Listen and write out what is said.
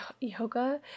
yoga